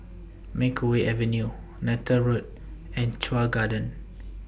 Makeway Avenue Neythal Road and Chuan Garden